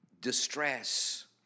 Distress